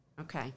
okay